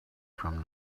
from